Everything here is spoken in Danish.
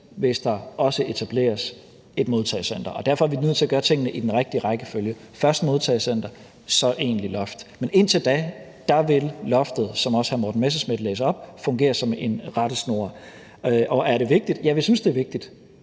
hvis der også etableres et modtagecenter. Derfor er vi nødt til at gøre tingene i den rigtige rækkefølge, altså først et modtagecenter og så et egentligt loft. Men indtil da vil loftet, som hr. Morten Messerschmidt også læste op, fungere som en rettesnor. Og er det vigtigt? Ja, vi synes, det er vigtigt.